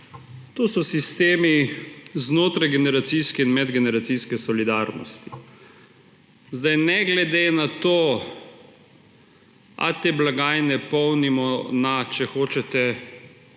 To so sistemi znotraj generacijske in medgeneracijske solidarnosti. Ne glede na to, ali te blagajne polnimo na Bismarckov